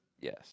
Yes